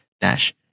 dash